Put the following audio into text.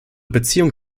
beziehung